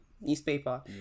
newspaper